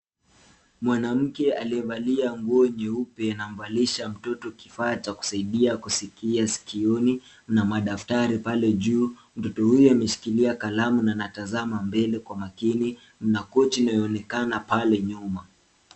Mwanamke amekaa kwenye kiti cheupe na kumsaidia mtoto kutumia kifaa cha kusikia pamoja na daftari lililoko juu, akishika kalamu na kumnyanyua macho mbele kwa makini.